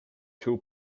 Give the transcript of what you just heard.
two